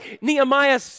Nehemiah